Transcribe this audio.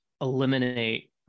eliminate